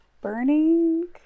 burning